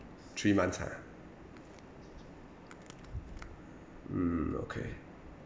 three months ha um okay